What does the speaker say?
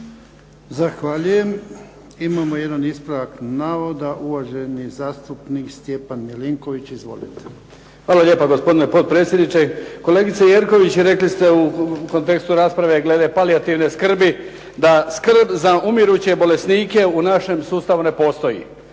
Zahvaljujem. Imamo jedan ispravak navoda uvaženi zastupnik Stjepan Milinković, izvolite. **Milinković, Stjepan (HDZ)** Hvala lijepa gospodine potpredsjedniče. Kolegice Jerković rekli ste u kontekstu rasprave glede palijativne skrbi da skrb za umiruće bolesnike u našem sustavu ne postoji,